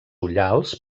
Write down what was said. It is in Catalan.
ullals